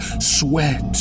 sweat